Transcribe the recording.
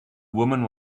woman